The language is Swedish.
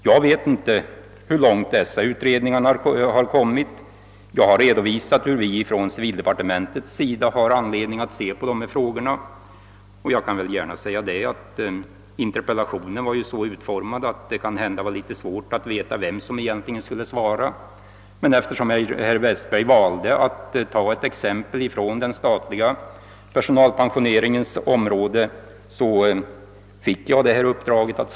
Jag känner inte till hur långt dessa utredningar har kommit. Jag har redovisat hur vi inom civlidepartementet har anledning att se på dessa frågor. Interpellationen var ju så utformad, att det kunde vara litet svårt att veta vem som egentligen skulle svara, men eftersom herr Westberg valde att ta ett exempel från den statliga personalpensioneringens område fick jag detta uppdrag.